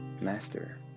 master